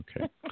Okay